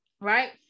Right